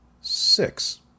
six